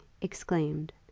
exclaimed